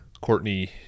Courtney